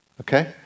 Okay